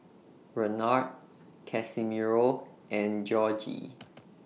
Renard Casimiro and Georgie